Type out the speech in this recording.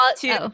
two